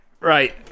Right